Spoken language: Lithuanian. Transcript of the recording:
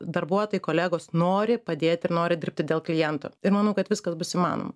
darbuotojai kolegos nori padėt ir nori dirbti dėl kliento ir manau kad viskas bus įmanoma